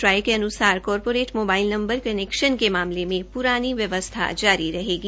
try के अन्सार corporate mobile connection के मामले में प्रानी व्यवस्था जारी रहेगा